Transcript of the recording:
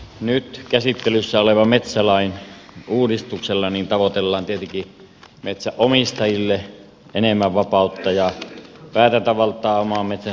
nyt käsittelyssä olevalla metsälain uudistuksella tavoitellaan tietenkin metsänomistajille enemmän vapautta ja päätäntävaltaa oman metsänsä käytöstä